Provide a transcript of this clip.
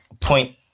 point